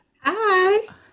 Hi